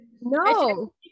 no